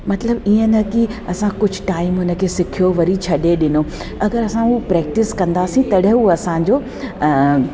मतिलबु ईअं न की असां कुझु टाइम उन खे सिखियो वरी छॾे ॾिनो अगरि असां उहा प्रेक्टिस कंदासीं तॾहिं उहे असांजो